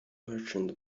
merchant